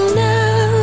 now